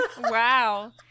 Wow